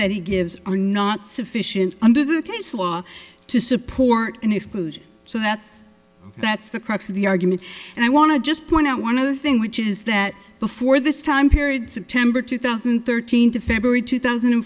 that he gives are not sufficient under the case law to support an exclusion so that's that's the crux of the argument and i want to just point out one other thing which is that before this time period september two thousand and thirteen to february two thousand